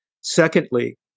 Secondly